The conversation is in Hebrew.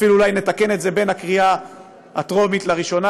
אולי אפילו נתקן את זה בין הקריאה הטרומית לראשונה